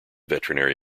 veterinary